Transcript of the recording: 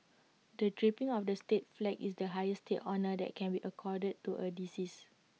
the draping of the state flag is the highest state honour that can be accorded to A deceased